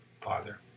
Father